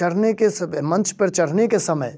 चढ़ने के मंच पर चढ़ने के समय